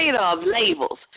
of—labels